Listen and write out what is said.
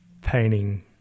painting